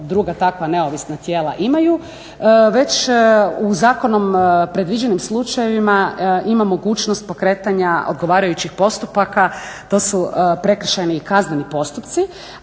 druga takva neovisna tijela imaju, već u zakonom predviđenim slučajevima ima mogućnost pokretanja odgovarajućih postupaka. To su prekršajni i kazneni postupci.